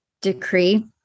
decree